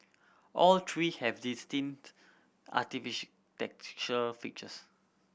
all three have distinct features